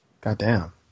Goddamn